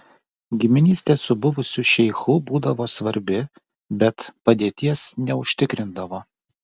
giminystė su buvusiu šeichu būdavo svarbi bet padėties neužtikrindavo